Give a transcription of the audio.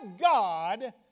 God